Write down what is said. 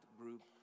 group